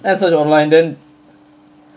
then I search online then